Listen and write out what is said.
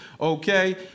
okay